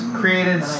created